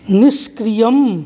निष्क्रियम्